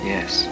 Yes